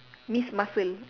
miss muscle